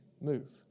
move